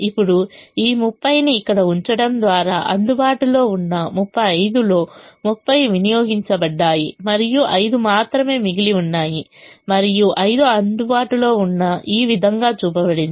ఇప్పుడు ఈ 30 ని ఇక్కడ ఉంచడం ద్వారా అందుబాటులో ఉన్న 35 లో 30 వినియోగించబడ్డాయి మరియు 5 మాత్రమే మిగిలి ఉన్నాయి మరియు 5 అందుబాటులో ఉన్నది ఈ విధంగా చూపబడింది